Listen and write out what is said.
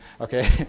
Okay